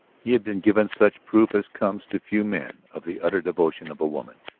he had been given such proof as comes to few men of the utter devotion of a woman.